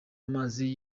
amazi